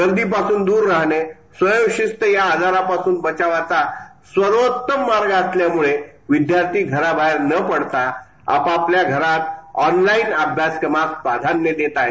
गर्दीपासून दूर राहणं स्वयंशिस्त या आजरापासून बचावाचा सर्वोत्तम मार्ग असल्यामुळे विद्यार्थी घराबाहेर न पड़ता आपापल्या घरातुन ऑनलाईन अभ्यासास प्राधान्य देत आहेत